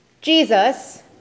Jesus